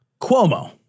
Cuomo